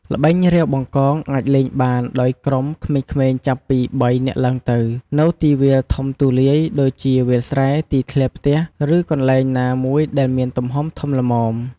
ល្បែងរាវបង្កង អាចលេងបានដោយក្រុម ក្មេងៗចាប់ពី ៣ នាក់ឡើងទៅ នៅទីវាលធំទូលាយ ដូចជាវាលស្រែ ទីធ្លាផ្ទះ ឬកន្លែងណាមួយដែលមានទំហំធំល្មម។